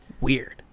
weird